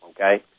okay